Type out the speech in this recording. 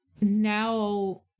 now